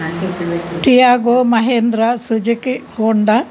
Tiago Mahindra Suzuki Honda